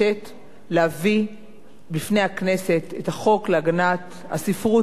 בפני הכנסת את החוק להגנת הספרות והסופרים בישראל.